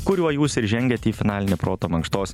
kuriuo jūs ir žengiate į finalinį proto mankštos